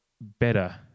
better